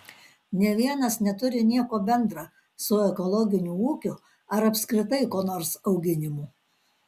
nė vienas neturi nieko bendra su ekologiniu ūkiu ar apskritai ko nors auginimu